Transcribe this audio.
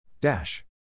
dash